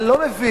אני לא מבין